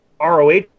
ROH